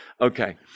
Okay